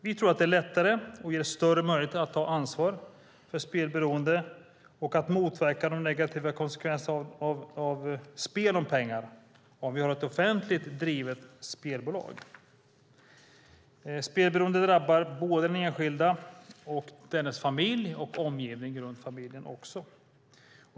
Vi tror att det är lättare och ger större möjligheter att ta ansvar för spelberoende och att motverka de negativa konsekvenserna av spel om pengar om vi har ett offentligt drivet spelbolag. Spelberoende drabbar såväl den enskilde som dennes familj och omgivning.